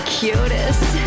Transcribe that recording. cutest